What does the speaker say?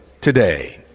today